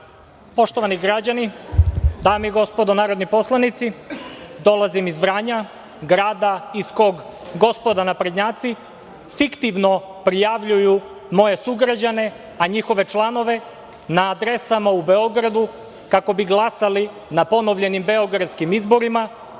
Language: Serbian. Poštovani građani, dame i gospodo narodni poslanici, dolazim iz Vranja, grada iz kog gospoda naprednjaci fiktivno prijavljuju moje sugrađane, a njihove članove na adrese u Beogradu kako bi glasali na ponovljenim beogradskim izborima,